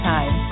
Time